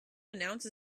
announce